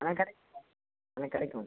ஆ ஆ கிடைக்கும்